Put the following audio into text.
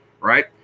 right